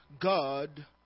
God